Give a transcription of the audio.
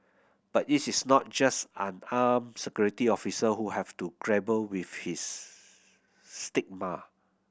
but it's is not just unarmed security officer who have to grapple with his stigma